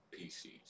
PCs